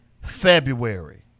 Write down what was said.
February